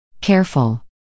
Careful